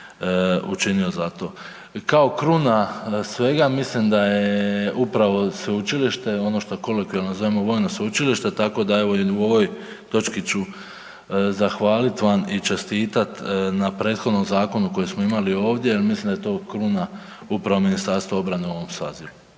učinio za to. Kao kruna svega mislim da je upravo Sveučilište, ono što kolokvijalno zovemo vojno sveučilište, tako da evo i u ovoj točki su zahvalit' vam i čestitat vam na prethodnom Zakonu koji smo imali ovdje, mislim da je to kruna upravo Ministarstva obrane u ovom Sazivu.